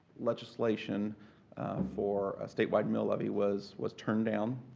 legislation for ah statewide mill levy was was turned down.